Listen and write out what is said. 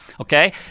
okay